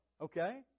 okay